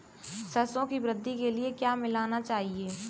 सरसों की वृद्धि के लिए क्या मिलाना चाहिए?